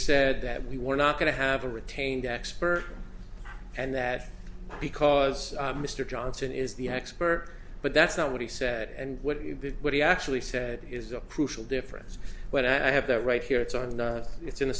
said that we were not going to have a retained expert and that because mr johnson is the expert but that's not what he said and what he what he actually said his approval difference when i have that right here it's on it's in the